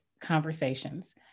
conversations